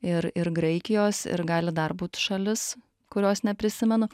ir ir graikijos ir gali dar būt šalis kurios neprisimenu